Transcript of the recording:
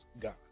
God